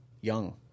young